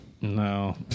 No